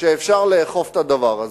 אפשר לאכוף את הדבר הזה.